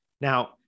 Now